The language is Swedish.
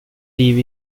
liv